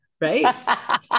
right